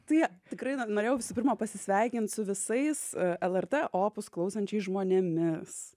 tai jo tikrai n norėjau visų pirma pasisveikint su visais lrt opus klausančiais žmonėmis